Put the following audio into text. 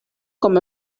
com